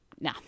no